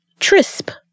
Trisp